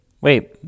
Wait